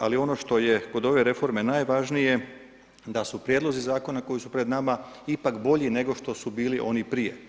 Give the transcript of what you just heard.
Ali ono što je kod ove reforme najvažnije, da su prijedlozi zakona koji su pred nama ipak bolji nego što su bili oni prije.